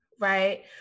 right